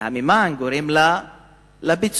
והמימן שגורם לפיצוץ.